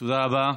תודה רבה.